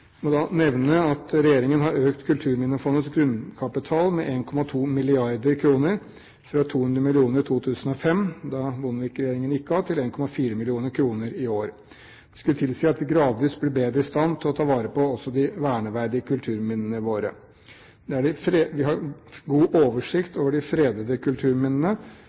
må da nevne at regjeringen har økt Kulturminnefondets grunnkapital med 1,2 mrd. kr, fra 200 mill. kr i 2005, da Bondevik-regjeringen gikk av, til 1,4 mrd. kr i år. Det skulle tilsi at vi gradvis blir bedre i stand til også å ta vare på de verneverdige kulturminnene våre. Vi har god oversikt over de fredede kulturminnene, men vi har mindre oversikt over de